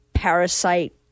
parasite